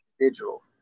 individual